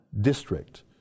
district